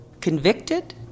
convicted